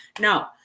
No